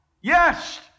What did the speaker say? yes